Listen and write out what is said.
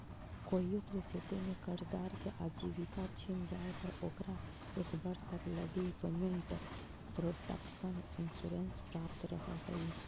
कोइयो परिस्थिति में कर्जदार के आजीविका छिन जाए पर ओकरा एक वर्ष तक लगी पेमेंट प्रोटक्शन इंश्योरेंस प्राप्त रहऽ हइ